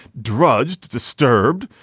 drugged, disturbed,